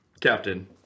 Captain